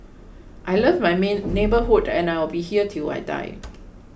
I love my neighbourhood and I will be here till I die